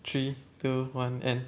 three two one end